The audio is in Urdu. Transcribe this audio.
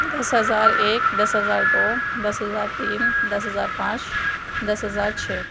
دس ہزار ایک دس ہزار دو دس ہزار تین دس ہزار پانچ دس ہزار چھ